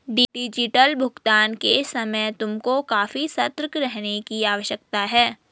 digital भुगतान के समय तुमको काफी सतर्क रहने की आवश्यकता है